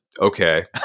okay